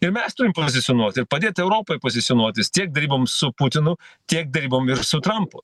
ir mes turim pozicionuot ir padėt europai pozicionuotis tiek deryboms su putinu tiek derybom ir su trampu